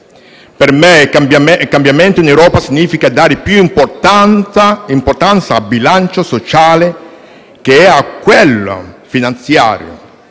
Per me cambiamento in Europa significa dare più importanza al bilancio sociale che a quello finanziario